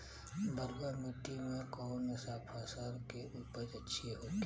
बलुआ मिट्टी में कौन सा फसल के उपज अच्छा होखी?